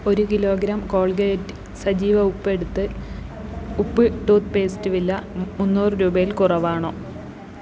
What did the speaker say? ഒരു kilogram Colgate സജീവ ഉപ്പ് എടുത്ത് ഉപ്പ് ടൂത്ത്പേസ്റ്റ് വില മുന്നൂറ് രൂപയിൽ കുറവാണോ